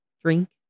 drink